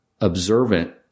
observant